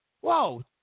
Whoa